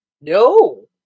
No